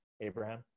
Abraham